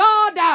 God